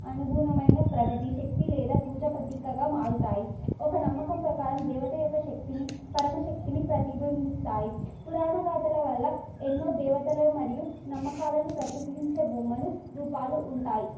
అనుగుణమైన ప్రగతి శక్తి లేదా పూజా ప్రతీకగా మారుతాయి ఒక నమ్మకం ప్రకారం దేవత యొక్క శక్తిని పరమశక్తిని ప్రతిభింబిస్తాయి పురాణ గాధల వల్ల ఎన్నో దేవతలు మరియు నమ్మకాలను ప్రతిబింబించే బొమ్మల రూపాలు ఉంటాయి